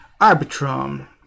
Arbitron